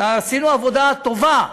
עשינו עבודה טובה.